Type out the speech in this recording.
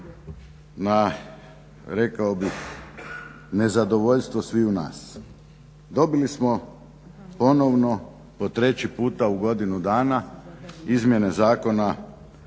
na rekao bih nezadovoljstvo sviju nas. Dobili smo ponovo po treći puta u godinu dana izmjene zakona